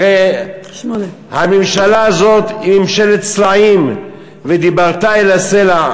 הרי הממשלה הזאת היא ממשלת סלעים, ודיברת אל הסלע.